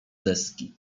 deski